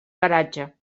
garatge